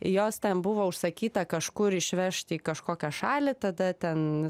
jos ten buvo užsakyta kažkur išvežt į kažkokią šalį tada ten